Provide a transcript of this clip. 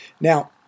Now